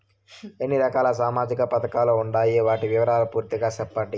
ఎన్ని రకాల సామాజిక పథకాలు ఉండాయి? వాటి వివరాలు పూర్తిగా సెప్పండి?